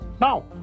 Now